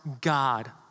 God